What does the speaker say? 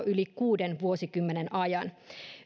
yli kuuden vuosikymmenen ajan